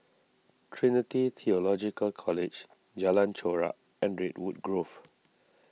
Trinity theological College Jalan Chorak and Redwood Grove